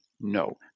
No